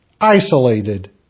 isolated